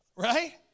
right